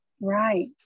Right